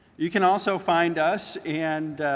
you can also find us and